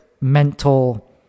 mental